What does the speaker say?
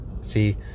See